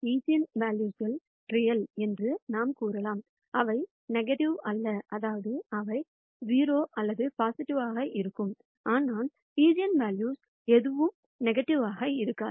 ஈஜென்வெல்யூக்கள் real என்றும் நாம் கூறலாம் அவை நெகடிவ்யானவை அல்ல அதாவது அவை 0 அல்லது பொசிட்டிவ்வாக இருக்கும் ஆனால் ஈஜென்வெல்யூக்கள் எதுவும் நெகடிவ்வகா இருக்காது